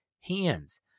hands